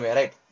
right